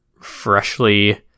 freshly